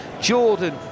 Jordan